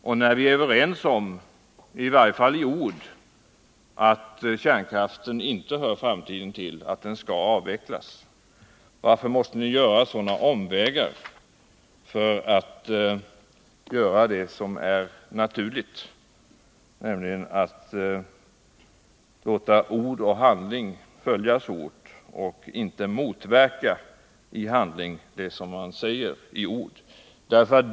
Och när vi är överens om —i varje fall i ord —- att kärnkraften inte hör framtiden till, utan att den skall avvecklas, varför måste ni då ta sådana omvägar i stället för att göra det som är naturligt, nämligen att låta ord och handling följas åt och inte i handling motverka det som ni säger i ord?